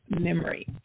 memory